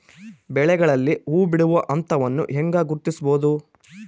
ಬೆಳೆಗಳಲ್ಲಿ ಹೂಬಿಡುವ ಹಂತವನ್ನು ಹೆಂಗ ಗುರ್ತಿಸಬೊದು?